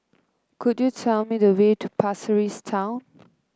could you tell me the way to Pasir Ris Town